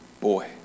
Boy